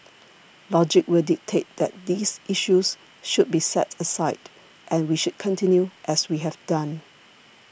logic will dictate that these issues should be set aside and we should continue as we have done